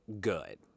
good